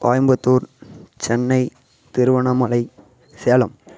Coimbatore Chennai Tiruvannamalai Salem